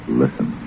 listen